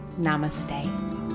Namaste